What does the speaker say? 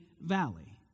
Valley